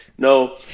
No